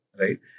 right